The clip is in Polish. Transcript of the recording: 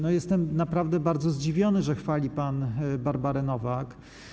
No, jestem naprawdę bardzo zdziwiony, że chwali pan Barbarę Nowak.